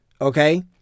okay